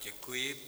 Děkuji.